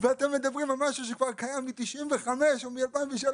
ואתם מדברים על משהו שקיים כבר מ-1995 או מ-2003,